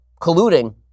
colluding